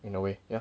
in a way yeah